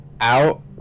out